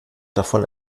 davon